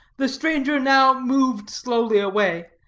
the stranger now moved slowly away,